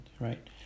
right